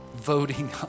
voting